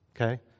Okay